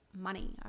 money